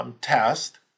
test